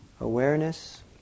Awareness